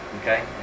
Okay